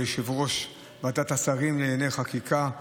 יושב-ראש ועדת השרים לענייני חקיקה,